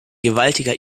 gewaltiger